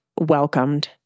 welcomed